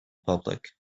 public